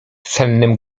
sennym